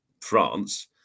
France